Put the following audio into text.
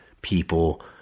people